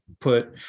put